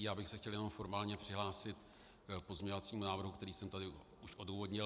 Já bych se chtěl jenom formálně přihlásit k pozměňovacímu návrhu, který jsem tady už odůvodnil.